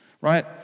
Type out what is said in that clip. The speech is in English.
right